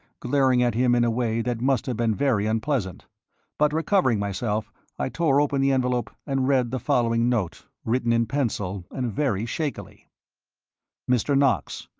glaring at him in a way that must have been very unpleasant but recovering myself i tore open the envelope, and read the following note, written in pencil and very shakily mr. knox.